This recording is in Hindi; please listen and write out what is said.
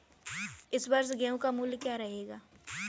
इस वर्ष गेहूँ का मूल्य क्या रहेगा?